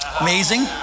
Amazing